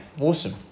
awesome